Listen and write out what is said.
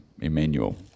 Emmanuel